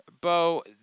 Bo